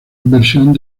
inversión